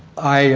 i